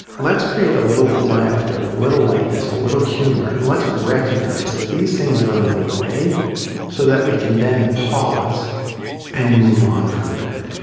let's create a little laughter, a little lightness, a little humor, and let's recognize that these things are underway so that we can then pause and move on from that,